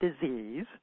disease